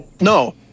No